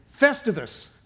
Festivus